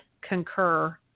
concur